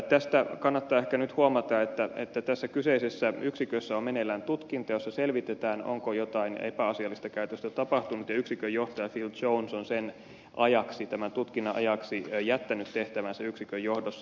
tästä kannattaa ehkä nyt huomata että tässä kyseisessä yksikössä on meneillään tutkinta jossa selvitetään onko jotain epäasiallista käytöstä tapahtunut ja yksikönjohtaja phil jones on tämän tutkinnan ajaksi jättänyt tehtävänsä yksikön johdossa